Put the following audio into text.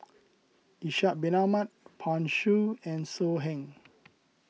Ishak Bin Ahmad Pan Shou and So Heng